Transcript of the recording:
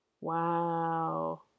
Wow